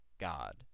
God